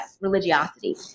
religiosity